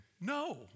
no